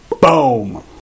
Boom